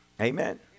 Amen